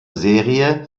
serie